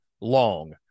long